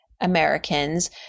Americans